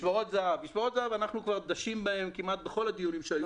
במשמרות הזה"ב אנחנו דשים כמעט בכל הדיונים שהיו כאן.